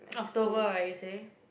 October right you say